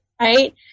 Right